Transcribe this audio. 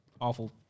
Awful